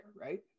right